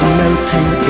melting